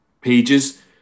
pages